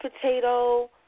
potato